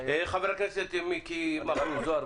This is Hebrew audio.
חבר הכנסת מיקי מכלוף זוהר,